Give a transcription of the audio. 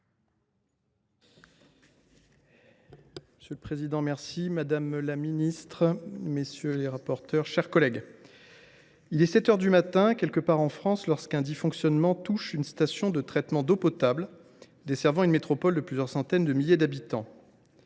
Monsieur le président, madame la ministre, mes chers collègues, il est sept heures du matin, quelque part en France, lorsqu’un dysfonctionnement touche une station de traitement d’eau potable desservant une métropole de plusieurs centaines de milliers d’habitants.